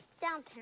Downtown